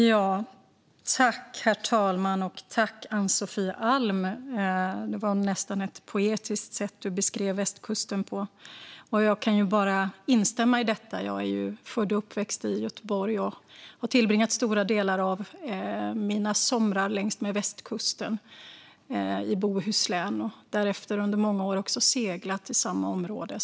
Herr talman! Tack, Ann-Sofie Alm - det var ett nästan poetiskt sätt du beskrev västkusten på. Jag kan bara instämma i detta. Jag är född och uppväxt i Göteborg och har tillbringat stora delar av mina somrar längs med västkusten, i Bohuslän, och också under många år seglat i samma område.